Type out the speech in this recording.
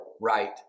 right